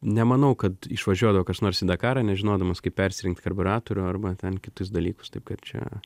nemanau kad išvažiuodavo kas nors į dakarą nežinodamas kaip persirinkt karbiuratorių arba ten kitus dalykus taip kad čia